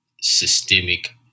systemic